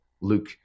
luke